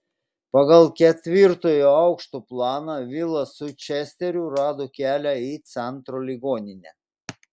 pagal ketvirtojo aukšto planą vilas su česteriu rado kelią į centro ligoninę